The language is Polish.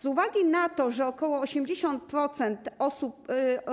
Z uwagi na to, że ok. 80%